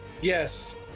Yes